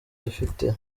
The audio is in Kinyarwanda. rifite